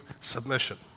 submission